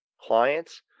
clients